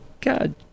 god